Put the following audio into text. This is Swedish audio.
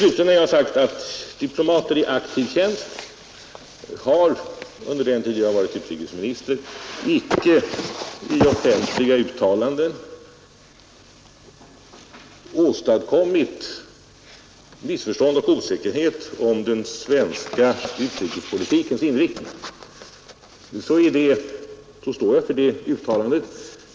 Jag sade också att diplomater i aktiv tjänst under den tid jag varit utrikesminister inte har i offentliga uttalanden åstadkommit missförstånd eller osäkerhet om den svenska utrikespolitikens inriktning. Jag står för det uttalandet.